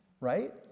right